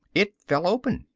it fell open.